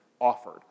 offered